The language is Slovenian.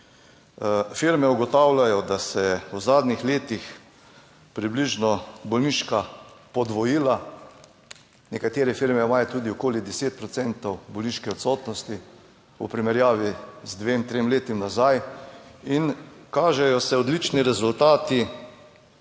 Firme ugotavljajo, da se je v zadnjih letih približno bolniška podvojila. Nekatere firme imajo tudi okoli 10 procentov bolniške odsotnosti v primerjavi z dvema, tremi leti nazaj in kažejo se odlični rezultati.